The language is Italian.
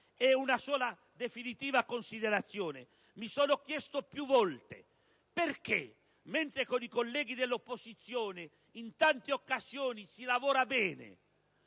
Una sola definitiva considerazione: mi sono chiesto più volte perché, mentre con i colleghi dell'opposizione in tante occasioni si lavora bene,